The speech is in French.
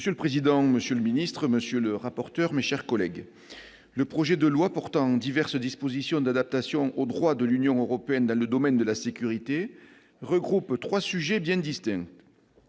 Monsieur le président, monsieur le secrétaire d'État, mes chers collègues, le projet de loi portant diverses dispositions d'adaptation au droit de l'Union européenne dans le domaine de la sécurité regroupe trois sujets bien distincts.